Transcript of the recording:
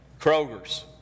Kroger's